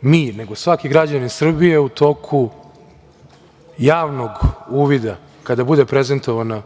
mi, nego svaki građanin Srbije u toku javnog uvida, kada bude prezentovana